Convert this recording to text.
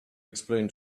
explain